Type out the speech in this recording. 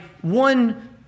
one